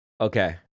okay